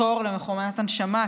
בתור למכונת הנשמה,